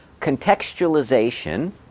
Contextualization